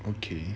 okay